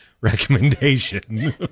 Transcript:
recommendation